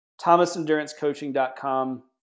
thomasendurancecoaching.com